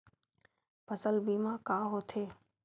फसल बीमा का होथे?